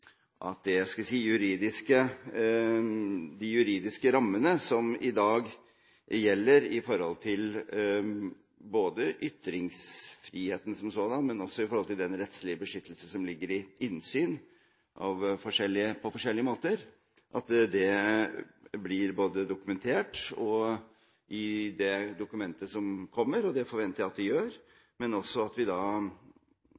de juridiske rammene som i dag gjelder i forhold til ytringsfriheten som sådan, og også i forhold til den rettslige beskyttelse som ligger i innsyn på forskjellige måter, blir dokumentert i det dokumentet som kommer – og det forventer jeg at det gjør.